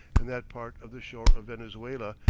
and that part of the shore of venezuela,